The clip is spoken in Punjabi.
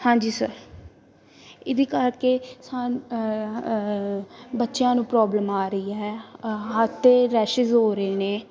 ਹਾਂਜੀ ਸਰ ਇਹਦੇ ਕਰਕੇ ਸਾ ਬੱਚਿਆਂ ਨੂੰ ਪ੍ਰੋਬਲਮ ਆ ਰਹੀ ਹੈ ਹੱਥ 'ਤੇ ਰੈਸ਼ਿਸ਼ ਹੋ ਰਹੇ ਨੇ